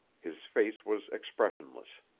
his face was expressionless.